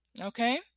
okay